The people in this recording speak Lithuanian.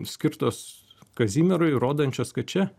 skirtos kazimierui rodančios kad čia